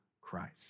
Christ